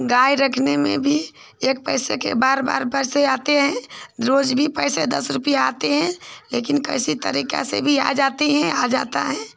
गाय रखने में भी एक पैसे के बार बार पैसे आते हैं रोज़ भी पैसे दस रुपये आते हैं लेकिन किसी तरीके से भी आ जाते हैं आ जाता है